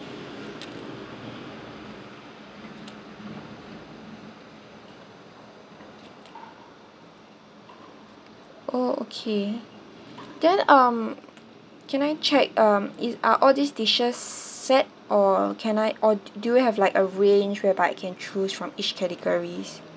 oh okay can I um can I check um is uh all these dishes set or can I or do you have like a range whereby I can choose from each categories